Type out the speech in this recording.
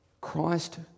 Christ